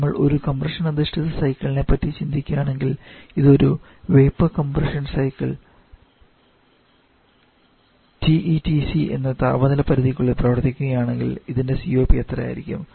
നമ്മൾ ഒരു കംപ്രഷൻ അധിഷ്ഠിതമായ സൈക്കിളിനെ പറ്റി ചിന്തിക്കുകയാണെങ്കിൽ ഇതിൽ ഒരു വേപ്പർ കംപ്രഷൻ സൈക്കിൾ TE TC എന്നീ താപനില പരിധിക്കുള്ളിൽ പ്രവർത്തിക്കുകയാണെങ്കിൽ അതിൻറെ COP എത്രയായിരിക്കും